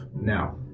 Now